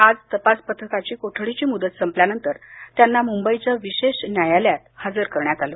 आज तपास पथकाची कोठडीची मुदत संपल्यानंतर त्यांना मुंबईच्या विशेष न्यायालयात हजर करण्यात आलं